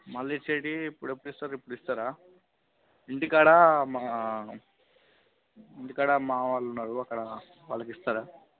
మళ్ళీ ఇచ్చేటివి ఎప్పుడు ఇస్తారు ఇప్పుడు ఇస్తారా ఇంటికాడ మా ఇంటికాడ మావాళ్ళు ఉన్నారు అక్కడ వాళ్ళకి ఇస్తారా